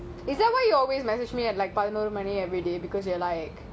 is that why you always message me at like பதின்னுரு மணி:pathunooru mani everyday because you are like